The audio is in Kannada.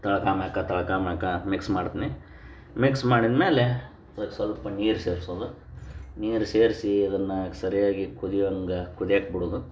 ತಳ್ಕ ಮಳ್ಕ ತಳ್ಕ ಮಳ್ಕ ಮಿಕ್ಸ್ ಮಾಡ್ತೀನಿ ಮಿಕ್ಸ್ ಮಾಡಿದ ಮೇಲೆ ಅದಕ್ಕೆ ಸ್ವಲ್ಪ ನೀರು ಸೇರಿಸೋದು ನೀರು ಸೇರಿಸಿ ಅದನ್ನು ಸರಿಯಾಗಿ ಕುದಿವಂಗೆ ಕುದ್ಯಕ್ಕೆ ಬಿಡುವುದು